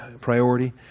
priority